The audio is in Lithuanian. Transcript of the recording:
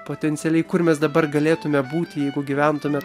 potencialiai kur mes dabar galėtume būti jeigu gyventume